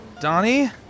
Donnie